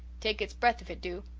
take its breath if it do.